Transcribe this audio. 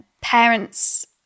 parents